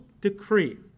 decree